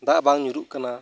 ᱫᱟᱜ ᱵᱟᱝ ᱧᱩᱨᱩᱜ ᱠᱟᱱᱟ